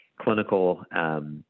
clinical